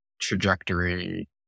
trajectory